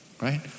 right